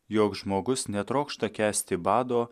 joks žmogus netrokšta kęsti bado